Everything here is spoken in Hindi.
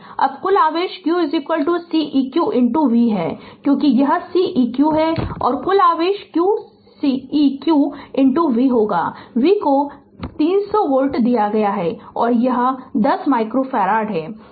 अब कुल आवेश q Ceq v है क्योंकि यह Ceq है और कुल आवेश q Ceq v होगा v को 300 वोल्ट दिया गया है और यह 10 माइक्रोफ़ारड है